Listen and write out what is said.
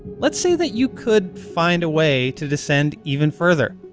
let's say that you could find a way to descend even further.